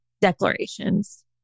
declarations